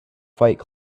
fight